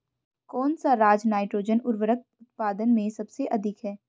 कौन सा राज नाइट्रोजन उर्वरक उत्पादन में सबसे अधिक है?